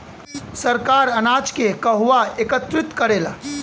सरकार अनाज के कहवा एकत्रित करेला?